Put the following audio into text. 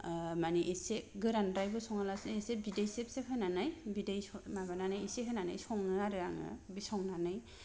मानि एसे गोरानद्रायबो सङा लासे एसे बिदै जेब जेब होनानै बिदै माबानानै एसे होनानै सङो आरो आङो बे संनानै